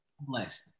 blessed